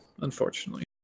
unfortunately